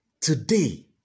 today